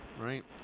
right